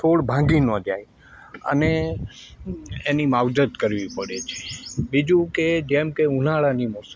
છોડ ભાંગી ન જાય અને એની માવજત કરવી પડે છે બીજું કે જેમ કે ઉનાળાની મોસમ છે